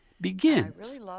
begins